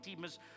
teamers